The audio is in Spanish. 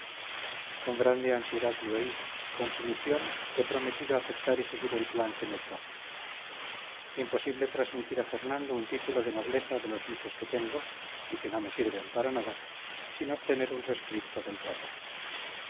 con grande ansiedad le oí con sumisión he prometido aceptar y seguir el plan que me trace imposible transmitir a fernando un título de nobleza de los muchos que tengo y que no me sirven para nada sin obtener un rescripto del papa